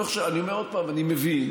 אני אומר עוד פעם: אני מבין,